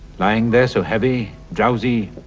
lying there so heavy, drowsy,